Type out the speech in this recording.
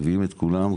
מביאים את כולם,